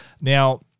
Now